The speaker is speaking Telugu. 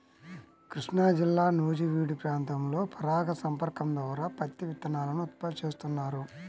కృష్ణాజిల్లా నూజివీడు ప్రాంతంలో పరాగ సంపర్కం ద్వారా పత్తి విత్తనాలను ఉత్పత్తి చేస్తున్నారు